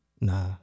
Nah